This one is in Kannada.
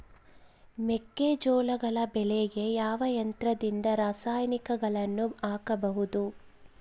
ಮೆಕ್ಕೆಜೋಳ ಬೆಳೆಗೆ ಯಾವ ಯಂತ್ರದಿಂದ ರಾಸಾಯನಿಕಗಳನ್ನು ಹಾಕಬಹುದು?